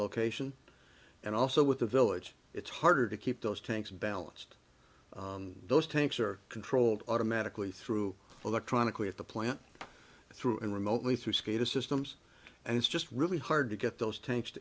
location and also with the village it's harder to keep those tanks balanced those tanks are controlled automatically through electronically of the plant through in remotely through skater systems and it's just really hard to get those tanks to